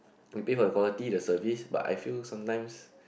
you pay for the quality the service but I feel sometimes